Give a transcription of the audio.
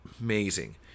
amazing